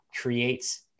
creates